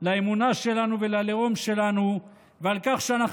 לאמונה שלנו וללאום שלנו ועל כך שאנחנו